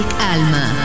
Alma